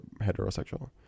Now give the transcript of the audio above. heterosexual